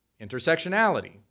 intersectionality